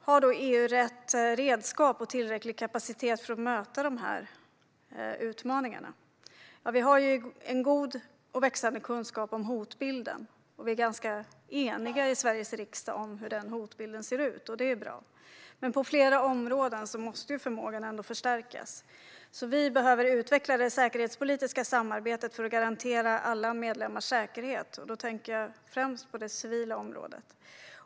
Har då EU rätt redskap och tillräcklig kapacitet för att möta dessa utmaningar? Vi har en god och växande kunskap om hotbilden, och vi är i Sveriges riksdag ganska eniga om hur den hotbilden ser ut, och det är bra. Men på flera områden måste förmågan ändå förstärkas. Vi behöver utveckla det säkerhetspolitiska samarbetet för att garantera alla medlemmars säkerhet, och då tänker jag främst på det civila området.